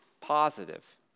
positive